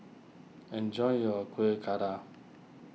enjoy your Kuih Kadar